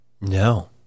No